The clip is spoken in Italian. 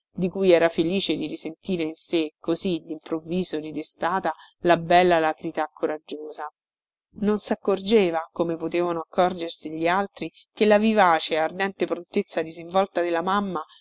di cui era felice di risentire in sé così dimprovviso ridestata la bella alacrità coraggiosa non saccorgeva come potevano accorgersi gli altri che la vivace e ardente prontezza disinvolta della mamma